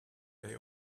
they